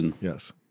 Yes